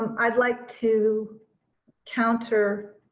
um i'd like to counter